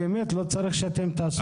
באמת לא צריך שאתם תעשו את זה.